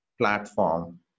platform